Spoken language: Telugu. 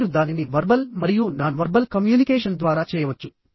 మీరు దానిని వర్బల్ మరియు నాన్ వర్బల్ కమ్యూనికేషన్ ద్వారా చేయవచ్చు